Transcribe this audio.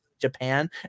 Japan